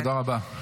תודה רבה.